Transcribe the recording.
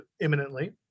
imminently